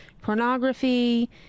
pornography